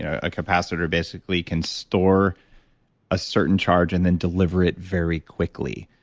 a capacitor basically can store a certain charge and then deliver it very quickly,